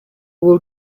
will